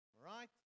right